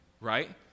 right